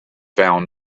found